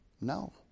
No